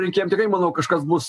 rinkėjam tikrai manau kažkas bus